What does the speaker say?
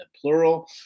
plural